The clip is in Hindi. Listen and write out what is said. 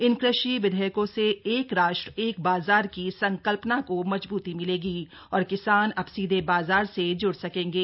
इन कृषि विधेयकों से एक राष्ट्र एक बाजार की संकल्पना को मजबूती मिलेगी और किसान अब सीधे बाजार से ज्ड़ सकेंगे